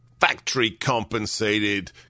factory-compensated